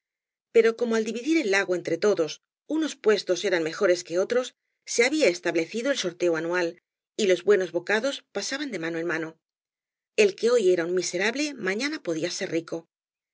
pero como al dividir el lago entre todos unos puestos eran mejores que otros se había establecido el sorteo anual y los buenos bocados pasaban de mano en mano el que hoy era un miserable mañana podía ser rico